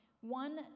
one